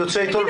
אני יוצא אתו